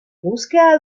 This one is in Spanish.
busca